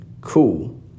cool